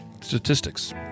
statistics